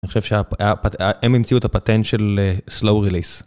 אני חושב שהם המציאו את הפטנט של slow release